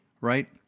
right